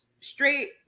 straight